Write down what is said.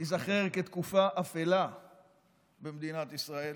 תיזכר כתקופה אפלה במדינת ישראל.